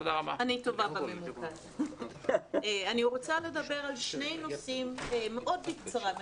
אני רוצה לדבר על שני נושאים מאוד בקצרה.